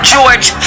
George